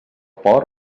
port